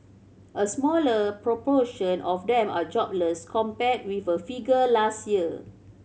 a smaller proportion of them are jobless compared with a figure last year